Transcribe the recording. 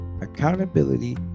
accountability